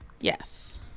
Yes